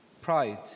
pride